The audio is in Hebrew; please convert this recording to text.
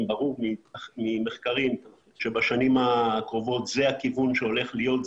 ברור ממחקרים שבשנים הקרובות זה הכיוון שהולך להיות,